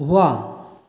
वाह